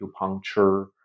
acupuncture